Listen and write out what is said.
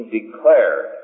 declared